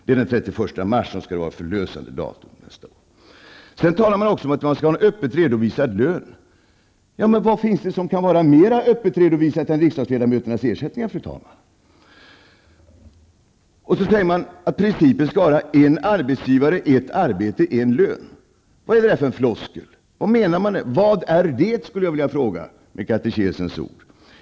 Det är den 31 mars nästa år som skall vara den förlösande dagen. Sedan talar man också om att ledamöterna skall ha en öppet redovisad lön. Vad finns det som kan vara mer öppet redovisat än riksdagsledamöternas ersättning, fru talman? Sedan säger man att principen skall vara: En arbetsgivare, ett arbete, en lön. Vad är det för en floskel? Vad menar man? Med katekesens ord skulle jag vilja fråga: Vad är det?